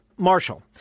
Marshall